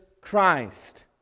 Christ